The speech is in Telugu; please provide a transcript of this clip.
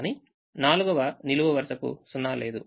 కాని 4వ నిలువు వరుసకు 0 లేదు